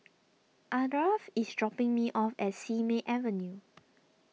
Ardath is dropping me off at Simei Avenue